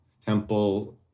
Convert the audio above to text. temple